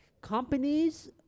Companies